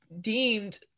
deemed